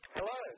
Hello